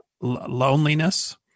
loneliness